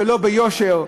שלא ביושר,